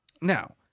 Now